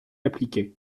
appliqué